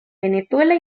venezuela